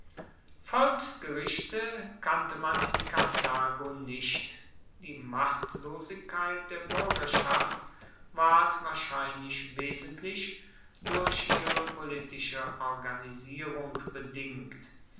volksgerichte kannte man in karthago nicht die machtlosigkeit der buergerschaft ward wahrscheinlich wesentlich durch ihre politische organisierung bedingt